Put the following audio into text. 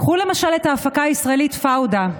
קחו למשל את ההפקה הישראלית פאודה.